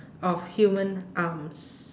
of human arms